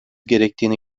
gerektiğini